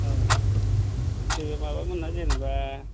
औ औ नैबे माबामोना जेनेबा